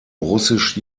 russisch